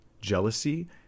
jealousy